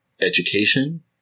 education